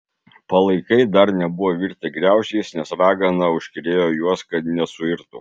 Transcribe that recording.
palaikai dar nebuvo virtę griaučiais nes ragana užkerėjo juos kad nesuirtų